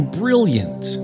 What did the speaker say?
brilliant